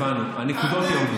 הבנו, הנקודות יורדות.